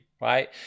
right